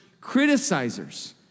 criticizers